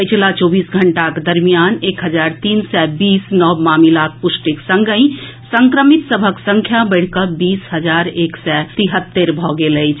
पछिला चौबीस घंटाक दरमियान एक हजार तीन सय बीस नव मामिलाक पुष्टिक संगहि संक्रमित सभक संख्या बढ़िकऽ बीस हजार एक सय तिहत्तरि भऽ गेल अछि